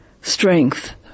strength